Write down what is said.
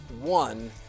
One